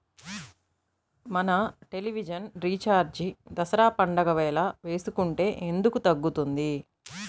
మన television recharge Dasara పండగ వేళ వేసుకుంటే ఎందుకు తగ్గుతుంది?